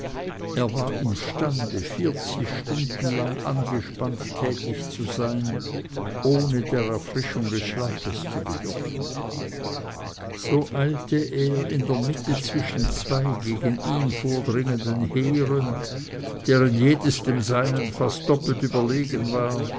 er war imstande vierzig stunden lang angespannt tätig zu sein ohne der erfrischung des schlafes zu bedürfen so eilte er in der mitte zwischen zwei gegen ihn vordringenden heeren deren jedes dem seinen fast doppelt überlegen war